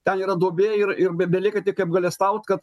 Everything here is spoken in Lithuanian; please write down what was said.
ten yra duobė ir ir belieka tik apgailestaut kad